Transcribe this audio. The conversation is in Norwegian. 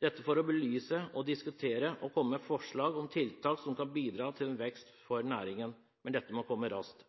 dette for å belyse, diskutere og komme med forslag til tiltak som kan bidra til en vekst for næringen – men dette må komme raskt.